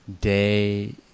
day